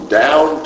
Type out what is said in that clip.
down